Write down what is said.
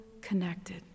connected